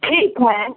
ठीक है